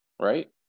right